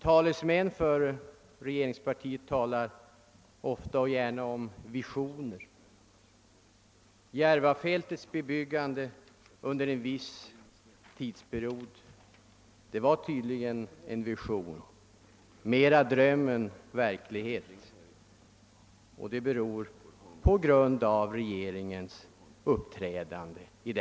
Talesmän för regeringspartiet utvecklar gärna visioner, och Järvafältets bebyggande under en viss tidsperiod var tydligen en vision — mera dröm än verklighet. Utvecklingen därvidlag beror på regeringens handlande.